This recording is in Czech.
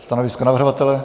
Stanovisko navrhovatele?